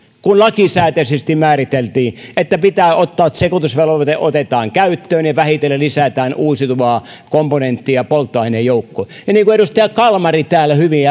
kun lakisääteisesti määriteltiin että sekoitusvelvoite otetaan käyttöön ja vähitellen lisätään uusiutuvaa komponenttia polttoaineen joukkoon ja niin kuin edustaja kalmari hyvin